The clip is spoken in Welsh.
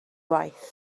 waith